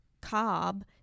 cob